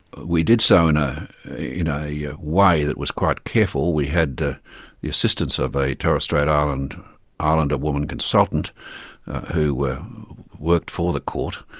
we did so in a you know yeah way that was quite careful, we had the assistance of a torres strait island islander woman consultant who worked for the court,